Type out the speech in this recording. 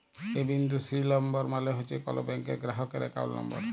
এ বিন্দু C number মালে হছে কল ব্যাংকের গেরাহকের একাউল্ট লম্বর